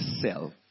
self